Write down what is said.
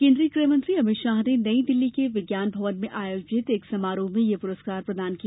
केन्द्रीय गृहमंत्री अमित शाह ने नई दिल्ली के विज्ञान भवन में आयोजित एक समारोह में यह पुरस्कार प्रदान किया